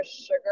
sugar